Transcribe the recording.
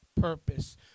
purpose